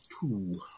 two